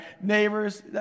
neighbors